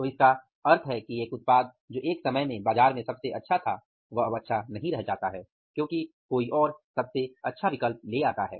तो इसका मतलब है कि एक उत्पाद जो एक समय में बाजार में सबसे अच्छा था वह अच्छा नहीं रह जाता है क्योंकि कोई और सबसे अच्छा विकल्प ले आता है